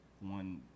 one